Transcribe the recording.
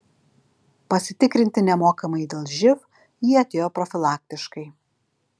pasitikrinti nemokamai dėl živ jie atėjo profilaktiškai